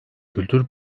kültür